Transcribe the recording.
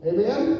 Amen